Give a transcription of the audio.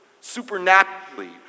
supernaturally